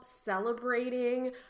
celebrating